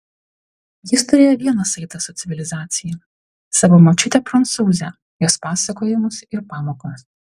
jis turėjo vieną saitą su civilizacija savo močiutę prancūzę jos pasakojimus ir pamokas